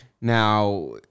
Now